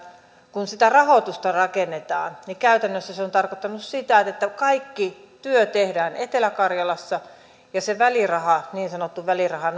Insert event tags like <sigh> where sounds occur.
kun sitä rahoitusta rakennetaan niin se on tarkoittanut sitä että että kaikki työ tehdään etelä karjalassa ja sitä välirahaa niin sanottua välirahaa <unintelligible>